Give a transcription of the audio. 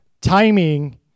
Timing